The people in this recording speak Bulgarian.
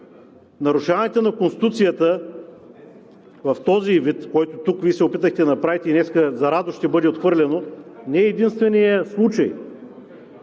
нарушаването на Конституцията в този ѝ вид, в който тук Вие се опитахте да направите и днес за радост ще бъде отхвърлено, не е единственият случай.